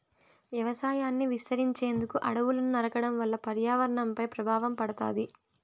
వ్యవసాయాన్ని విస్తరించేందుకు అడవులను నరకడం వల్ల పర్యావరణంపై ప్రభావం పడుతాది